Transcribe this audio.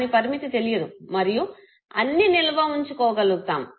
దాని పరిమితి తెలియదు మరియు అన్ని నిల్వవుంచొకోగలుగుతాము